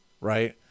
right